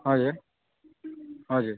हजुर हजुर